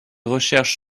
recherches